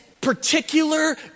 particular